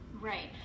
Right